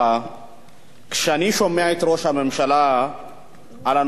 כשאני שומע את ראש הממשלה מדבר על הנושאים המדיניים,